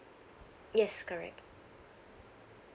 yes correct